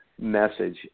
message